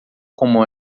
como